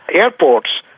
airports,